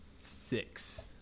six